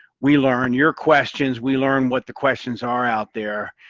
we learn your questions, we learn what the questions are out there.